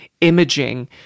imaging